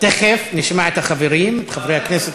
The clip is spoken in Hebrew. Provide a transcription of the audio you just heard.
תכף נשמע את החברים, את חברי הכנסת.